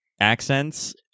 accents